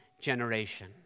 generation